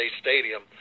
stadium